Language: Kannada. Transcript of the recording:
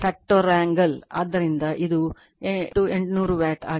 ಆದ್ದರಿಂದ ಇದು 8 800 ವ್ಯಾಟ್ ಆಗಿದೆ